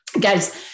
guys